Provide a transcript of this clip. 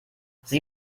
sie